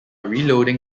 reloading